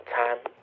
time